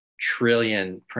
trillion